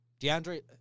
DeAndre